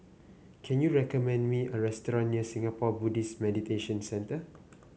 can you recommend me a restaurant near Singapore Buddhist Meditation Center